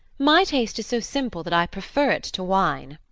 my taste is so simple that i prefer it to wine.